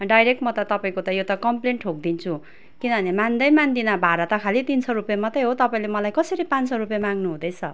direct म त तपाईँको त यो त कमप्लेन ठोकिदिन्छु किनभने मान्दै मान्दिनँ भाडा त खालि तिन सय रुपियाँ मात्रै हो तपाईँले मलाई कसरी पाँच सय रुपियाँ माग्नुहुँदैस